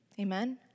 Amen